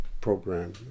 program